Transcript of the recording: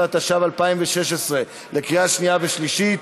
15), התשע"ו 2016, לקריאה שנייה ושלישית.